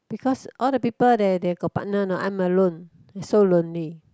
because all the people they they got partner anot I'm alone I so lonely